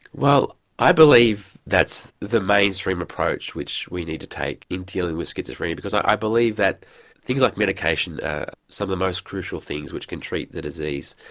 well i believe that's the mainstream approach which we need to take in dealing with schizophrenia, because i believe that things like medication are some of the most crucial things which can treat the disease.